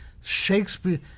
Shakespeare